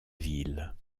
ville